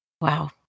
Wow